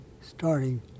starting